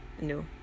No